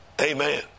Amen